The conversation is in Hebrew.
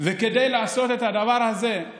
כדי לעשות את הדבר הזה,